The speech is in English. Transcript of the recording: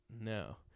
no